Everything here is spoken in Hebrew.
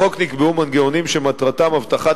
בחוק נקבעו מנגנונים שמטרתם הבטחת